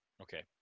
Okay